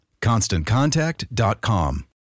ConstantContact.com